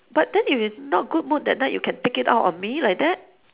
but then if you not good mood that night you can take it out on me like that